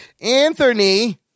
Anthony